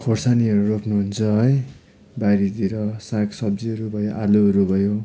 खोर्सानीहरू रोप्नुहुन्छ है बारीतिर सागसब्जीहरू भयो आलुहरू भयो